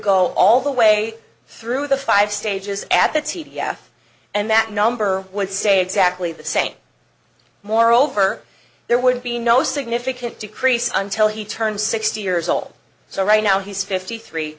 go all the way through the five stages at that c d f and that number would say exactly the same moreover there would be no significant decrease until he turns sixty years old so right now he's fifty three